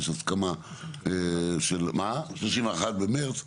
יש הסכמה לעניין הזה,